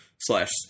slash